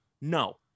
No